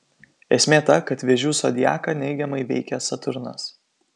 esmė ta kad vėžių zodiaką neigiamai veikia saturnas